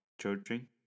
children